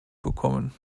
bekommen